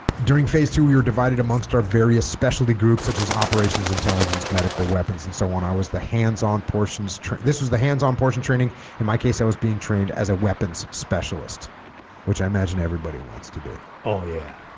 during phase two we were divided amongst our various specialty groups such as operations intelligence medical weapons and so on i was the hands-on portions this was the hands-on portion training in my case i was being trained as a weapons specialist which i imagine everybody wants to be oh yeah